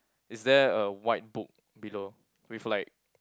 is there a white book below with like